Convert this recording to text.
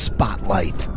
Spotlight